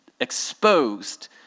exposed